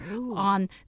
on